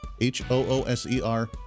H-O-O-S-E-R